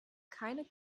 keine